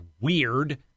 weird